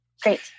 great